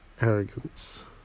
arrogance